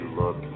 look